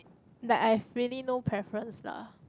like I've really no preference lah